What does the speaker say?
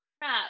crap